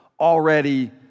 already